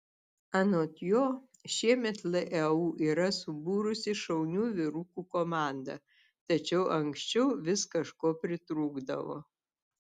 anot jo šiemet leu yra subūrusi šaunių vyrukų komandą tačiau anksčiau vis kažko pritrūkdavo